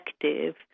effective